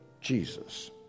Jesus